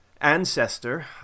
ancestor